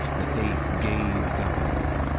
the face gazed up at him,